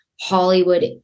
Hollywood